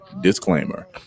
Disclaimer